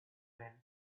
men